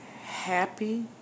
happy